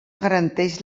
garanteix